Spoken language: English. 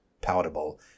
palatable